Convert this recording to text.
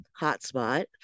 hotspot